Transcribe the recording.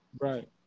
Right